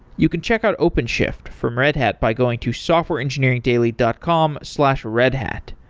you can check out openshift from red hat by going to softwareengineeringdaily dot com slash redhat.